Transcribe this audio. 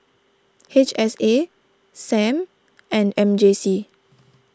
H S A Sam and M J C